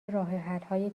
راهحلهای